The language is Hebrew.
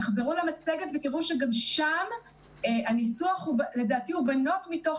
אם תחזרו למצגת תראו שהניסוח שם הוא בנות מתוך